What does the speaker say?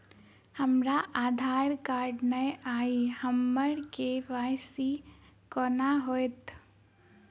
हमरा आधार कार्ड नै अई हम्मर के.वाई.सी कोना हैत?